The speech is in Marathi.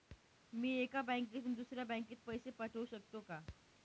मी एका बँकेतून दुसऱ्या बँकेत पैसे पाठवू शकतो का?